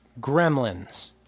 Gremlins